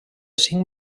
cinc